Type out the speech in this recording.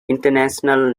international